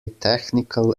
technical